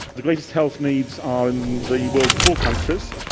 the greatest health needs are in the world's poor countries.